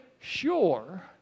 sure